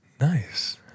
Nice